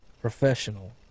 professional